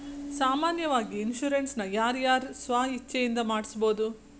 ಸಾಮಾನ್ಯಾವಾಗಿ ಇನ್ಸುರೆನ್ಸ್ ನ ಯಾರ್ ಯಾರ್ ಸ್ವ ಇಛ್ಛೆಇಂದಾ ಮಾಡ್ಸಬೊದು?